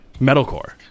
Metalcore